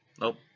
Nope